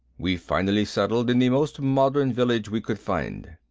we finally settled in the most modern village we could find.